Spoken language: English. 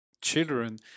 children